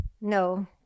No